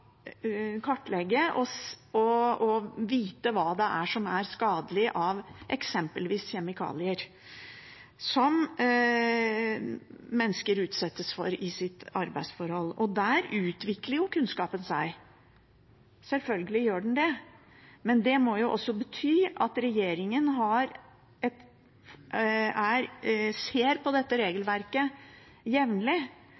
kartlegge og vite hva som er skadelig av eksempelvis kjemikalier mennesker utsettes for i sitt arbeidsforhold. Der utvikler kunnskapen seg, selvfølgelig gjør den det, men det må også bety at regjeringen ser på dette regelverket jevnlig. Nå synes jeg nødropene fra veldig mange som har blitt skadd i yrkeslivet, enten det er